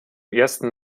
ersten